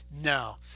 no